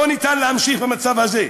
לא ניתן להמשיך במצב הזה,